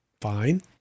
fine